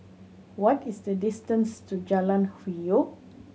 what is the distance to Jalan Hwi Yoh